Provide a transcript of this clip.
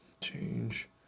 change